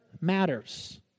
matters